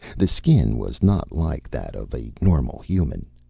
the skin was not like that of a normal human.